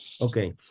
Okay